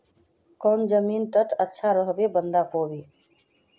कौन जमीन टत अच्छा रोहबे बंधाकोबी?